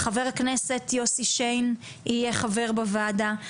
חבר הכנסת יוסי שיין יהיה חבר בוועדה,